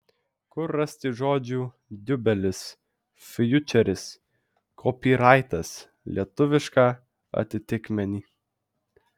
kur rasti žodžių diubelis fjučeris kopyraitas lietuvišką atitikmenį